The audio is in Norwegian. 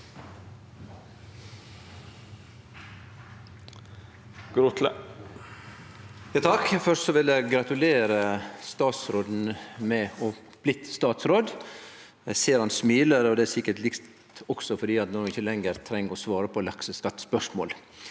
Først vil eg gratulere statsråden med å ha blitt statsråd. Eg ser han smiler, og det er sikkert også fordi han no ikkje lenger treng å svare på lakseskattespørsmål.